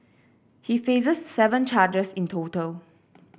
he faces seven charges in total